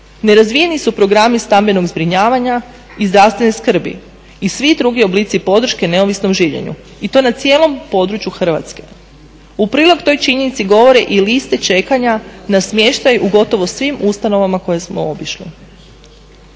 Nerazvijeni su programi stambenog zbrinjavanja i zdravstvene skrbi i svi drugi oblici podrške u neovisnom življenju. I to na cijelom području Hrvatske. U prilog toj činjenici govore i liste čekanja na smještaj u gotovo svim ustanovama koje smo obišli.